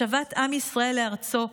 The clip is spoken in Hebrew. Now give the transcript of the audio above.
השבת עם ישראל לארצו,